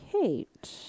Kate